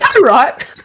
right